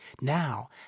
Now